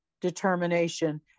determination